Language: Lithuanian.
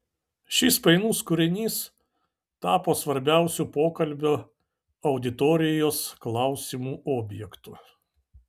šis painus kūrinys tapo svarbiausiu pokalbio auditorijos klausimų objektu